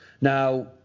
Now